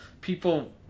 people